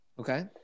Okay